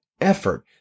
effort